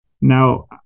Now